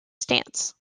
stance